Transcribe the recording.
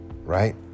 right